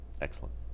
Excellent